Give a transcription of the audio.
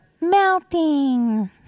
melting